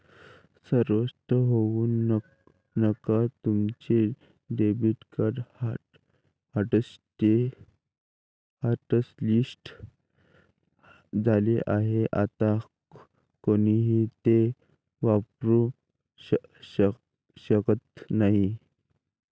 अस्वस्थ होऊ नका तुमचे डेबिट कार्ड हॉटलिस्ट झाले आहे आता कोणीही ते वापरू शकत नाही